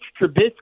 Trubisky